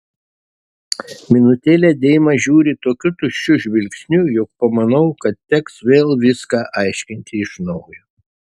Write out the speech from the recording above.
minutėlę deima žiūri tokiu tuščiu žvilgsniu jog pamanau kad teks vėl viską aiškinti iš naujo